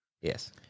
Yes